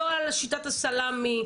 לא על שיטת הסלמי,